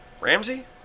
Ramsey